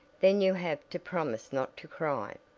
then you have to promise not to cry.